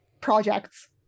projects